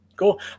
Cool